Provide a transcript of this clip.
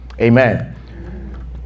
Amen